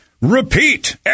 repeat